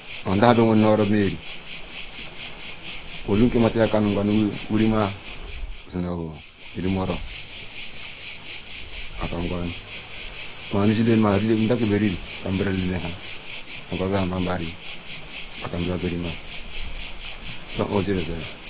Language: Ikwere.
Odan han mewe run mayal ri olu ya kam nu wirim so nu rimo oro maker nquanu anushi lam an nu rila nka nda kam riri oka nu barila nham mkal mquam am bia ma ri ba ka nu berila nhan.